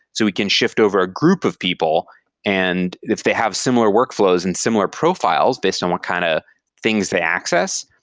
so we can shift over a group of people and if they have similar workflows and similar profiles based on what kind of things they access,